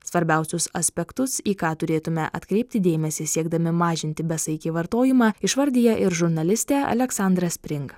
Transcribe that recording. svarbiausius aspektus į ką turėtume atkreipti dėmesį siekdami mažinti besaikį vartojimą išvardija ir žurnalistė aleksandra spring